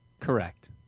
Correct